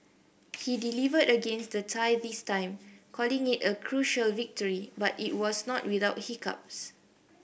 he delivered against the Thai this time calling it a crucial victory but it was not without hiccups